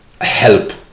help